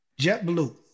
JetBlue